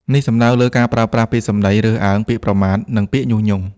នេះសំដៅលើការប្រើប្រាស់ពាក្យសំដីរើសអើង ពាក្យប្រមាថ និងពាក្យញុះញង់។